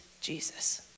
jesus